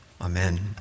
Amen